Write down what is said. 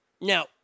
Now